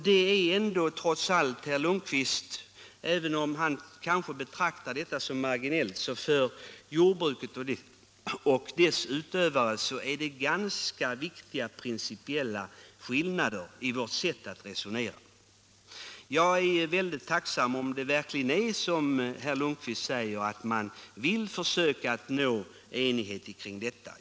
Det finns trots allt, herr Lundkvist, även om han själv kanske betraktar detta som marginellt för jordbruket och dess utövare ganska viktiga principiella skillnader i vårt sätt att resonera. Jag är mycket tacksam, om det verkligen är så som herr Lundkvist säger, att man vill försöka att uppnå enighet i dessa frågor.